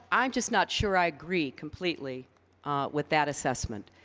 i'm just not sure i agree completely with that assessment.